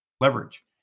leverage